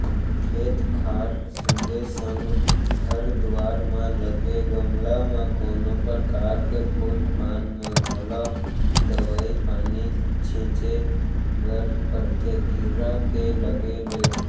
खेत खार संगे संग घर दुवार म लगे गमला म कोनो परकार के फूल पान म घलौ दवई पानी छींचे बर परथे कीरा के लगे ले